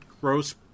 gross